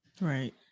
Right